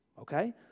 Okay